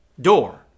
Door